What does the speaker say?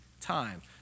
time